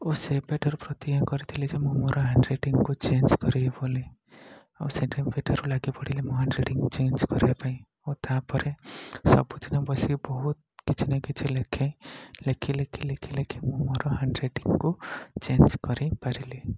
ଓ ସେବେଠାରୁ ପ୍ରତିଜ୍ଞା କରିଥିଲି ଯେ ମୁଁ ମୋର ହାଣ୍ଡରାଇଟିଙ୍ଗକୁ ଚେଞ୍ଜ କରିବି ବୋଲି ଆଉ ସେବେଠାରୁ ଲାଗି ପଡ଼ିଲି ମୋ ହାଣ୍ଡରାଇଟିଙ୍ଗ ଚେଞ୍ଜ କରିବା ପାଇଁ ଓ ତା' ପରେ ସବୁଦିନ ବସି ବହୁତ କିଛି ନା କିଛି ଲେଖେ ଲେଖି ଲେଖି ଲେଖି ଲେଖି ମୁଁ ମୋର ହାଣ୍ଡରାଇଟିଙ୍ଗକୁ ଚେଞ୍ଜ କରାଇପାରିଲି